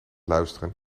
luisteren